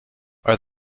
are